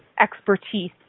expertise